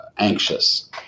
anxious